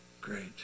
Great